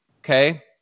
Okay